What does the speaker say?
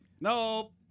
Nope